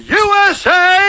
usa